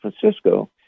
Francisco